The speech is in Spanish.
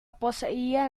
poseía